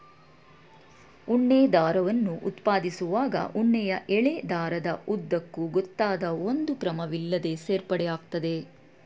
ಉಣ್ಣೆ ದಾರವನ್ನು ಉತ್ಪಾದಿಸುವಾಗ ಉಣ್ಣೆಯ ಎಳೆ ದಾರದ ಉದ್ದಕ್ಕೂ ಗೊತ್ತಾದ ಒಂದು ಕ್ರಮವಿಲ್ಲದೇ ಸೇರ್ಪಡೆ ಆಗ್ತದೆ